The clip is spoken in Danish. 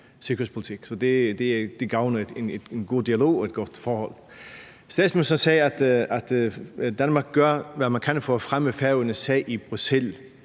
Det gavner den gode dialog og det gode forhold. Statsministeren sagde, at Danmark gør, hvad man kan for at fremme Færøernes sag i Bruxelles.